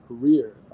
career